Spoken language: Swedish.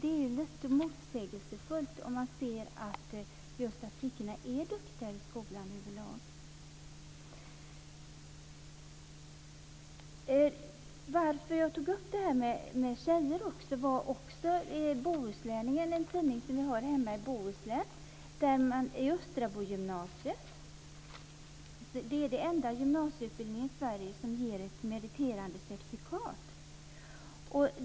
Det är lite motsägelsefullt när man ser att flickorna överlag är duktigare i skolan. Att jag tog upp detta med tjejerna beror också på något som jag läste i Bohuslänningen, en tidning som vi har hemma i Bohuslän. Där står det om Östrabogymnasiet. Det är den enda gymnasieutbildningen i Sverige som ger ett meriterande certifikat.